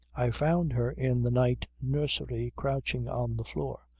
i found her in the night nursery crouching on the floor,